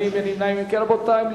ועדת